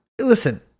Listen